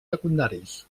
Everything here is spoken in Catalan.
secundaris